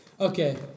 Okay